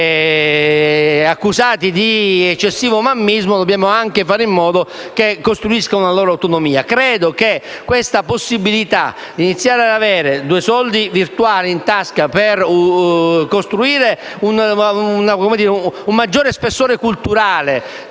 accusati di eccessivo mammismo dobbiamo anche fare in modo che costruiscano la loro autonomia. Credo che questa possibilità di iniziare ad avere due soldi virtuali in tasca per costruire un maggiore spessore culturale